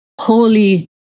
Holy